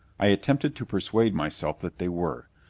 i attempted to persuade myself that they were.